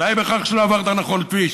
די בכך שלא עברת נכון כביש,